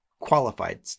qualified